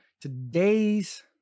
Today's